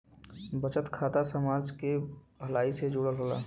बचत खाता समाज के भलाई से जुड़ल होला